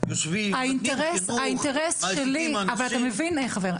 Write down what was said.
אנחנו יושבים --- אבל אתה מבין, חבר?